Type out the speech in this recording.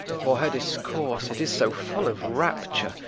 for her discourse, it is so full of rapture,